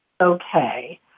okay